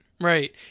right